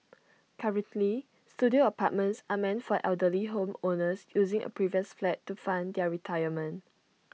currently Studio apartments are meant for elderly home owners using A previous flat to fund their retirement